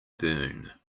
burn